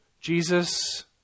Jesus